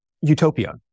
utopia